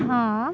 हां